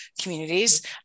communities